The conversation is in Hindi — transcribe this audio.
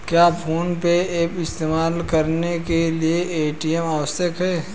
क्या फोन पे ऐप इस्तेमाल करने के लिए ए.टी.एम आवश्यक है?